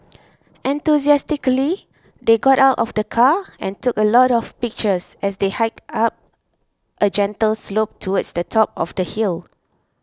enthusiastically they got out of the car and took a lot of pictures as they hiked up a gentle slope towards the top of the hill